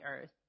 earth